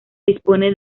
dispone